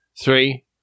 Three